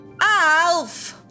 Alf